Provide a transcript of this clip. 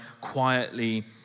quietly